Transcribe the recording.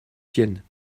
siennes